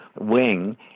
wing